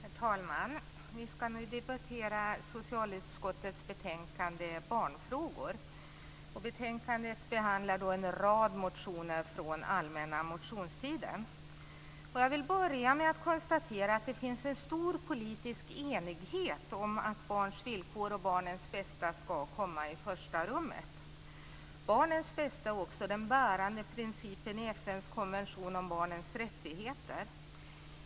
Herr talman! Vi ska nu debattera socialutskottets betänkande Barnfrågor. I betänkandet behandlas en rad motioner från allmänna motionstiden. Jag vill börja med att konstatera att det finns en stor politisk enighet om att barns villkor och barnens bästa ska komma i första rummet. Barnens bästa är också den bärande principen i FN:s konvention om barnens rättigheter.